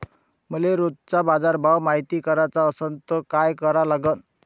मले रोजचा बाजारभव मायती कराचा असन त काय करा लागन?